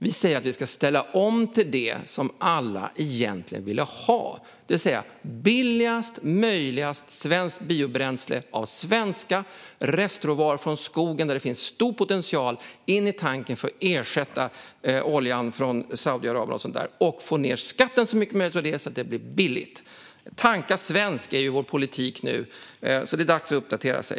Vi säger att vi ska ställa om till det som alla egentligen vill ha, det vill säga det billigaste som är möjligt av svenskt biobränsle av svenska restråvaror från skogen, där det finns stor potential, in i tanken för att ersätta oljan från Saudiarabien. Skatten ska sänkas så mycket som möjligt så att bränslet blir billigt. Tanka svenskt är vår politik nu. Det är dags att uppdatera sig.